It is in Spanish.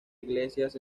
iglesias